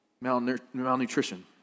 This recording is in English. malnutrition